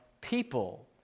people